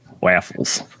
Waffles